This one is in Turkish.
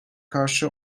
karşı